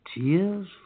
tears